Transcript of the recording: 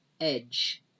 edge